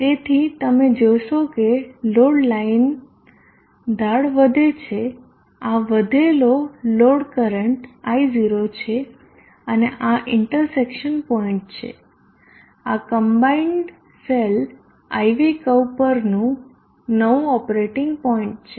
તેથી તમે જોશો કે લોડ લાઇન ઢાળ વધે છે આ વધેલો લોડ કરંટ I0 છે અને આ ઇન્ટરસેક્શન પોઈન્ટ છે આ કમ્બાઈન્ડ સેલ IV કર્વ પર નવું ઓપરેટિંગ પોઈન્ટ છે